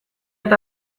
eta